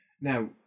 Now